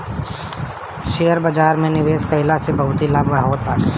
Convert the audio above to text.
share बाजार में निवेश कईला से बहुते लाभ होत बाटे